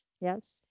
Yes